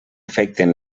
afecten